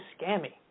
scammy